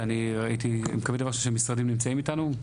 שאני ראיתי, אני מקווה שהמשרדים נמצאים איתנו?